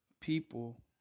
people